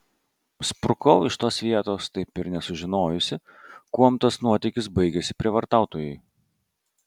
sprukau iš tos vietos taip ir nesužinojusi kuom tas nuotykis baigėsi prievartautojui